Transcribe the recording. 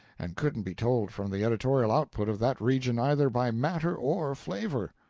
and couldn't be told from the editorial output of that region either by matter or flavor.